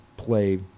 play